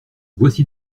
voici